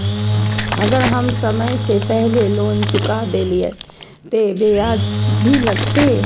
अगर हम समय से पहले लोन चुका देलीय ते ब्याज भी लगते?